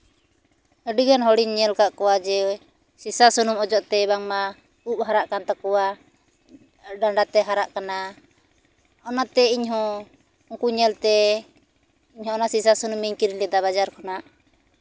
ᱟᱹᱰᱤᱜᱟᱱ ᱦᱚᱲᱤᱧ ᱧᱮᱞ ᱠᱟᱜ ᱠᱚᱣᱟ ᱡᱮ ᱥᱤᱥᱟ ᱥᱩᱱᱩᱢ ᱚᱡᱚᱜ ᱛᱮ ᱵᱟᱝᱢᱟ ᱩᱵ ᱦᱟᱨᱟᱜ ᱠᱟᱱ ᱛᱟᱠᱚᱣᱟ ᱰᱟᱱᱰᱟᱛᱮ ᱦᱟᱨᱟᱜ ᱠᱟᱱᱟ ᱚᱱᱟᱛᱮ ᱤᱧᱦᱚᱸ ᱩᱱᱠᱩ ᱧᱮᱞᱛᱮ ᱤᱧᱦᱚᱸ ᱚᱱᱟ ᱥᱤᱥᱟ ᱥᱩᱱᱩᱢᱤᱧ ᱠᱤᱨᱤᱧ ᱞᱮᱫᱟ ᱵᱟᱡᱟᱨ ᱠᱷᱚᱱᱟᱜ